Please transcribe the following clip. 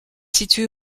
située